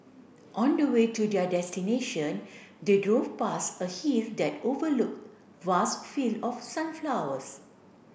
on the way to their destination they drove past a hill that overlooked vast field of sunflowers